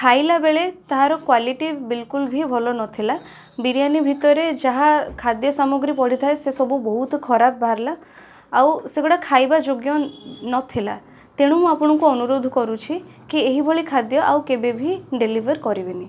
କିନ୍ତୁ ଖାଇଲା ବେଳେ ତା'ର କ୍ଵାଲିଟି ବିଲକୁଲ ଭଲ ନଥିଲା ବିରିୟାନି ଭିତରେ ଯାହା ଖାଦ୍ୟ ସାମଗ୍ରୀ ପଡ଼ିଥାଏ ସେସବୁ ବହୁତ ଖରାପ ବାହାରିଲା ଆଉ ସେଗୁଡ଼ା ଖାଇବା ଯୋଗ୍ୟ ନଥିଲା ତେଣୁ ମୁଁ ଆପଣଙ୍କୁ ଅନୁରୋଧ କରୁଛି କି ଏଇଭଳି ଖାଦ୍ୟ ଆଉ କେବେ ବି ଡେଲିଭର କରିବେନି